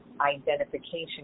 identification